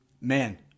man